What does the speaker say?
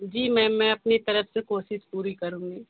जी ma'am मैं अपनी तरफ से कोशिश पूरी करूँगी